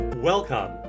Welcome